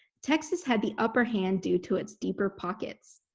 texas had the upper hand due to its deeper pockets.